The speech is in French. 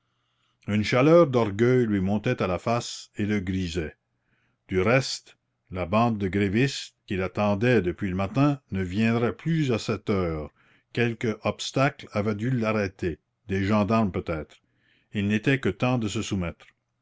une chaleur d'orgueil lui montait à la face et le grisait du reste la bande de grévistes qu'il attendait depuis le matin ne viendrait plus à cette heure quelque obstacle avait dû l'arrêter des gendarmes peut-être il n'était que temps de se soumettre